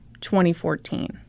2014